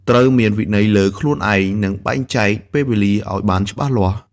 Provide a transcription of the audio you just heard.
ត្រូវមានវិន័យលើខ្លួនឯង និងបែងចែកពេលវេលាឱ្យបានច្បាស់លាស់។